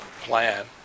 plan